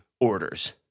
orders